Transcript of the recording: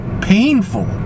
painful